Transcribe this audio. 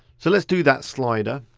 so let's do that slider.